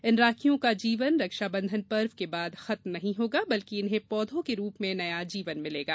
इन राखियों का जीवन रक्षाबंधन पर्व के बाद खत्म नहीं होगा बल्कि इन्हें पौधों के रूप में नया जीवन मिलेगा